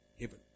heaven